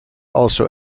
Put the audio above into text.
also